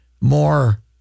more